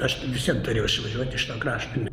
aš vis vien turėjau išvažiuot iš to krašto